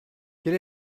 quel